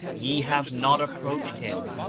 ye have not approached him,